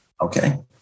okay